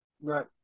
Right